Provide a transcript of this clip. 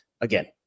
Again